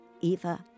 Eva